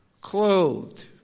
clothed